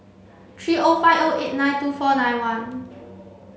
three O five O eight nine two four nine one